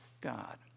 God